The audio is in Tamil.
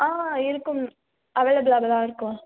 ஆ இருக்கும் அவைலபிளாக தான் இருக்கும்